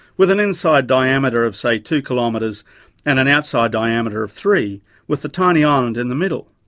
with an inside diameter of say two kilometres and an outside diameter of three with the tiny island in the middle.